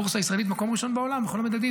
והבורסה הישראלית במקום הראשון בעולם בכל המדדים.